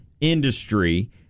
industry